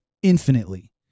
infinitely